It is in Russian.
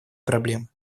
проблемы